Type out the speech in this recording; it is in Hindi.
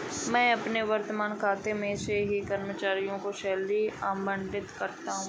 मैं अपने वर्तमान खाते से ही अपने कर्मचारियों को सैलरी आबंटित करती हूँ